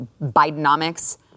Bidenomics